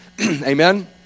Amen